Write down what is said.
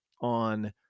on